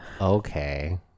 okay